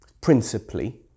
principally